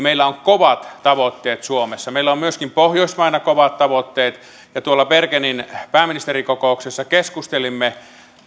meillä on kovat tavoitteet suomessa meillä on myöskin pohjoismaina kovat tavoitteet ja bergenin pääministerikokouksessa keskustelimme